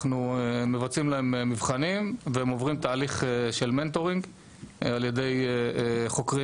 אנחנו מבצעים להם מבחנים והם עוברים תהליך של מנטורינג ע"י חוקרים